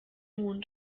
mond